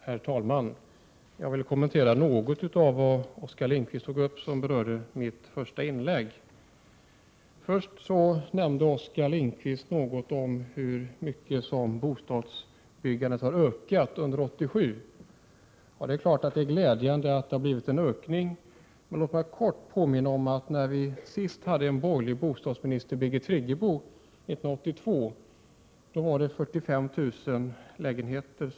Herr talman! Jag vill kommentera något av det som Oskar Lindkvist tog upp och som berörde mitt anförande. Först nämnde Oskar Lindkvist något om hur mycket bostadsbyggandet har ökat under 1987. Det är klart att det är glädjande att det har skett en ökning, men låt mig påminna om att när vi senast hade en borgerlig bostadsminister, nämligen Birgit Friggebo 1982, producerades 45 000 lägenheter.